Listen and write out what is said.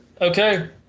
okay